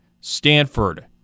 Stanford